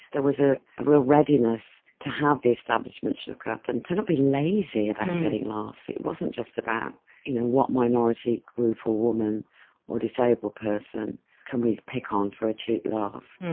the was a real readiness to have the establishment shook up and to not be lazy about laughs. it wasn't just about you know what minority group or woman or disabled person can we pick on for a cheap laugh,